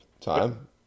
time